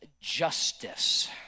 justice